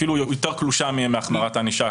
אפילו יותר קלושה מהחמרת הענישה,